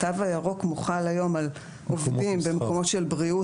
התו הירוק חל היום על עובדים במקומות של בריאות,